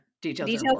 Details